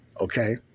Okay